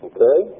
Okay